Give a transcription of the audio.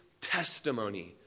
testimony